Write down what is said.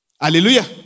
Hallelujah